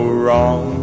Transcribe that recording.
wrong